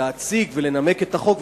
להציג ולנמק את החוק,